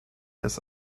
des